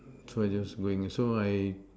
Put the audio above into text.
so I just go in so I